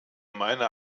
meiner